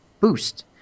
boost